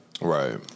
Right